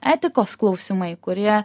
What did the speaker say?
etikos klausimai kurie